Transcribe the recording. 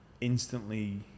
instantly